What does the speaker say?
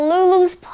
Lulu's